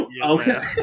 Okay